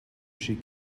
she